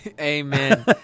Amen